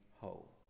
whole